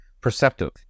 perceptive